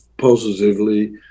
positively